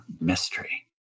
mystery